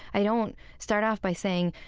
i don't start off by saying,